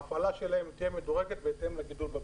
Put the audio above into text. ההפעלה שלהם תהיה מדורגת בהתאם לגידול בביקושים.